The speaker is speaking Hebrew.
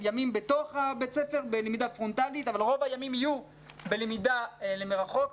ימים בתוך בית הספר בלמידה פרונטלית אבל רוב הימים יהיו בלמידה מרחוק.